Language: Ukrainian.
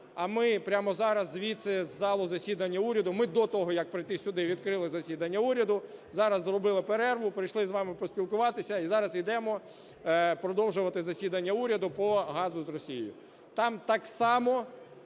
а ми прямо зараз звідси, з залу засідань уряду, ми до того, як прийти сюди, відкрили засідання уряду, зараз зробили перерву, прийшли з вами поспілкуватися і зараз йдемо продовжувати засідання уряду по газу з Росією.